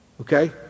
Okay